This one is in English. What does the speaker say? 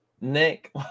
Nick